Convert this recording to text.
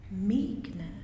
Meekness